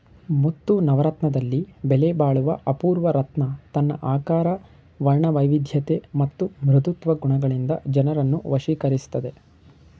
ಮುತ್ತು ನವರತ್ನದಲ್ಲಿ ಬೆಲೆಬಾಳುವ ಅಪೂರ್ವ ರತ್ನ ತನ್ನ ಆಕಾರ ವರ್ಣವೈವಿಧ್ಯತೆ ಮತ್ತು ಮೃದುತ್ವ ಗುಣಗಳಿಂದ ಜನರನ್ನು ವಶೀಕರಿಸ್ತದೆ